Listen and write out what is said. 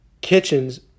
Kitchens